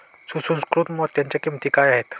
सुसंस्कृत मोत्यांच्या किंमती काय आहेत